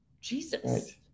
Jesus